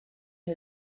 nhw